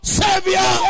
savior